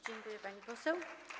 Dziękuję, pani poseł.